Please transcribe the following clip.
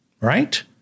right